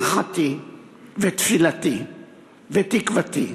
ברכתי ותפילתי ותקוותי